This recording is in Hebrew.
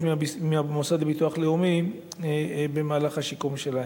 מהמוסד לביטוח לאומי במהלך השיקום שלהם.